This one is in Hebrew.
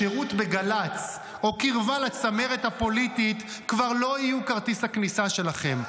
השירות בגל"צ או קרבה לצמרת הפוליטית כבר לא יהיה כרטיס הכניסה שלכם.